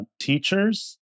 teachers